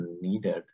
needed